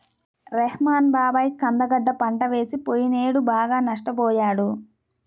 రెహ్మాన్ బాబాయి కంద గడ్డ పంట వేసి పొయ్యినేడు బాగా నష్టపొయ్యాడు